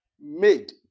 made